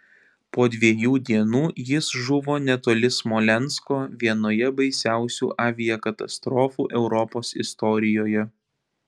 po dviejų dienų jis žuvo netoli smolensko vienoje baisiausių aviakatastrofų europos istorijoje